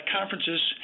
conferences